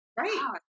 Right